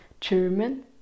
German